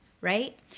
right